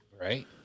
Right